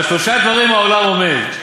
"על שלושה דברים העולם עומד,